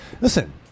Listen